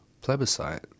plebiscite